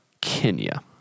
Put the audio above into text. Kenya